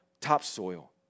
topsoil